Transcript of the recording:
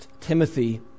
Timothy